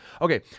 Okay